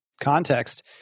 context